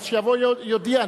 אז שיבוא ויודיע.